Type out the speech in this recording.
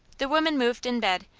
the woman moved in bed,